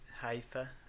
Haifa